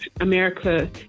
America